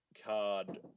card